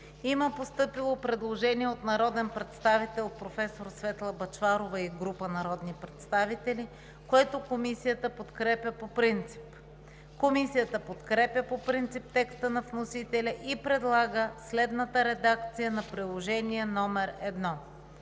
има постъпило предложение от народния представител професор Светла Бъчварова и група народни представители, което Комисията подкрепя по принцип. Комисията подкрепя по принцип текста на вносителя и предлага следната редакция на чл. 1: „Чл.